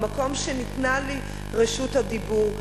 במקום שניתנה לי רשות הדיבור,